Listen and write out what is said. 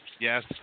Yes